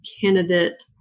candidate